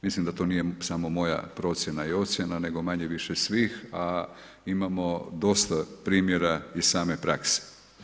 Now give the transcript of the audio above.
Mislim da to nije samo moja procjena i ocjena nego manje-više svih, imamo dosta primjera iz same prakse.